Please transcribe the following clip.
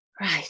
right